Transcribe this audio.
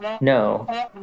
No